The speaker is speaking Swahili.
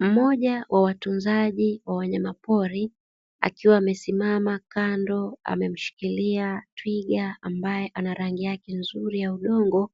Mmoja wa watunzaji wa wanyama pori akiwa amesimama kando amemshikilia twiga ambaye anarangi yake yake nzuri ya udongo